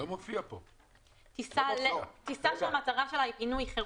פה זה אחד המקרים הקלאסיים,